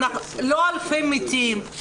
לא אלפי מתים,